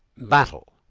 battle,